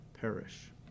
perish